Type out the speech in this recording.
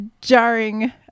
jarring